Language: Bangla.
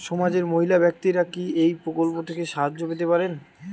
সমাজের মহিলা ব্যাক্তিরা কি এই প্রকল্প থেকে সাহায্য পেতে পারেন?